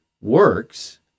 works